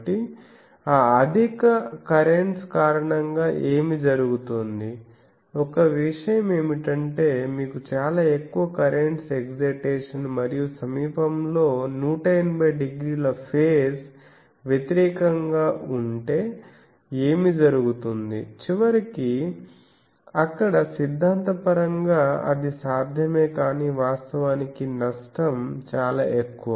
కాబట్టి ఆ అధిక కరెంట్స్ కారణంగా ఏమి జరుగుతుంది ఒక విషయం ఏమిటంటే మీకు చాలా ఎక్కువ కరెంట్స్ ఎక్సైటేషన్ మరియు సమీపంలో 180 డిగ్రీల ఫేస్ వ్యతిరేకంగాగా ఉంటే ఏమి జరుగుతుంది చివరికి అక్కడ సిద్ధాంతపరంగా అది సాధ్యమే కాని వాస్తవానికి నష్టం చాలా ఎక్కువ